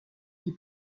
qui